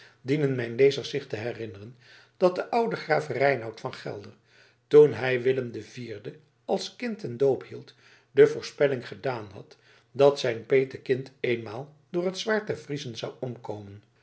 dienen mijn lezers zich te herinneren dat de oude graaf reinout van gelder toen hij willem iv als kind ten doop hield de voorspelling gedaan had dat zijn petekind eenmaal door het zwaard der friezen zou omkomen